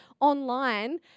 online